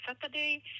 Saturday